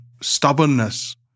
stubbornness